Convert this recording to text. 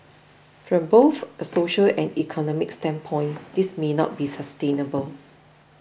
from both a social and economic standpoint this may not be sustainable